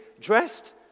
dressed